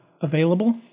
available